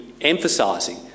emphasising